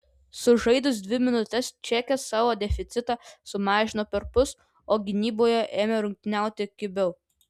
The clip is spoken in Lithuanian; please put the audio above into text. sužaidus dvi minutes čekės savo deficitą sumažino perpus o gynyboje ėmė rungtyniauti kibiau